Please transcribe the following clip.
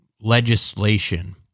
legislation